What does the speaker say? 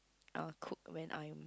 uh cook when I'm